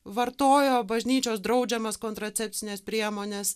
vartojo bažnyčios draudžiamas kontracepcines priemones